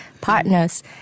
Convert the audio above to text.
partners